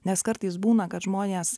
nes kartais būna kad žmonės